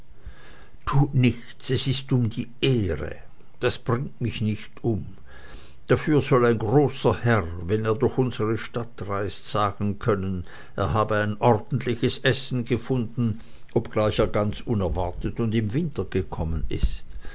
tut nichts es ist um die ehre das bringt mich nicht um dafür soll ein großer herr wenn er durch unsere stadt reist sagen können er habe ein ordentliches essen gefunden obgleich er ganz unerwartet und im winter gekommen sei